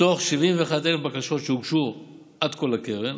מתוך כ-71,000 בקשות שהוגשו עד כה לקרן,